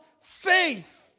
faith